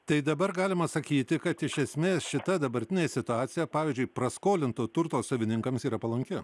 tai dabar galima sakyti kad iš esmės šita dabartinė situacija pavyzdžiui praskolinto turto savininkams yra palanki